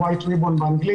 white ribbon באנגלית,